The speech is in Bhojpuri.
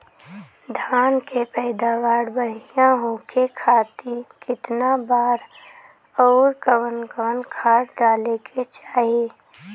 धान के पैदावार बढ़िया होखे खाती कितना बार अउर कवन कवन खाद डाले के चाही?